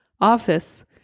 office